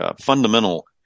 fundamental